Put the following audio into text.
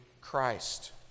Christ